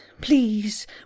please